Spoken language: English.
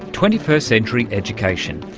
twenty first century education,